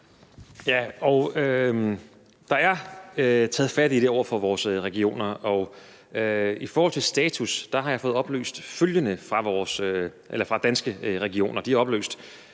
der er taget fat i det over for vores regioner. Og i forhold til status har jeg fået oplyst følgende fra Danske Regioner,